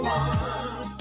one